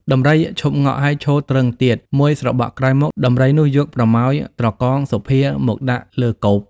ដំរីឈប់ង៉ក់ហើយឈរទ្រឹងទៀត មួយស្របក់ក្រោយមក ដំរីនោះយកប្រមោយត្រកងសុភាមកដាក់លើកូប ។